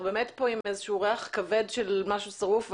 באמת פה עם איזשהו ריח כבד של משהו שרוף,